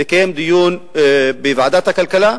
לקיים דיון בוועדת הכלכלה,